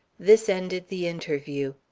this ended the interview.